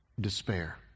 despair